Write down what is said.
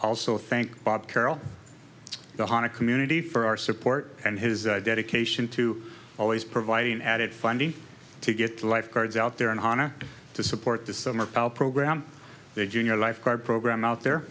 also thank bob carroll the honda community for our support and his dedication to always providing added funding to get lifeguards out there and hannah to support the summer pal program the junior lifeguard program out there